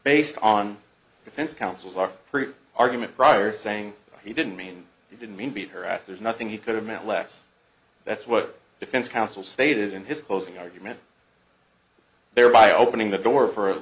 based on defense counsels are proof argument prior saying he didn't mean he didn't mean beat her ass there's nothing he could have meant less that's what defense counsel stated in his closing argument thereby opening the door for a